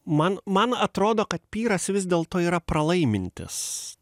man man atrodo kad pyras vis dėlto yra pralaimintis